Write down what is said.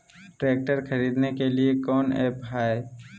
Tractor खरीदने के लिए कौन ऐप्स हाय?